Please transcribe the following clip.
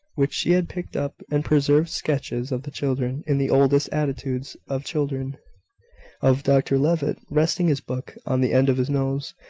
which she had picked up and preserved sketches of the children, in the oddest attitudes of children of dr levitt, resting his book on the end of his nose,